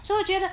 so 我觉得